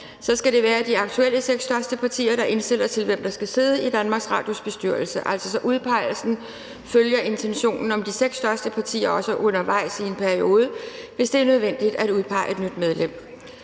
så skal det være de aktuelle seks største partier, der indstiller til, hvem der skal sidde i DR's bestyrelse. Udpegelsen følger altså praksis om, at det er de seks største partier også undervejs i en periode, der udpeger et nyt medlem,